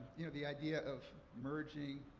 you know the idea of merging,